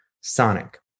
Sonic